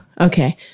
okay